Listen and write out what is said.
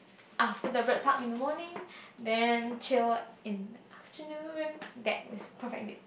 after the Bird Park in the morning then chill in afternoon that was perfect date